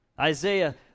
Isaiah